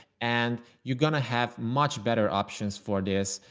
and you're gonna have much better options for this.